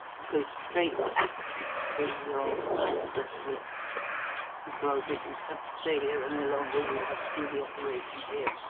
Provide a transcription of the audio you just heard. go straight to your eye specialist because if you have to stay here any longer we'll have to do the operation here,